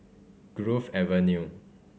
Grove Avenue